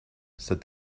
said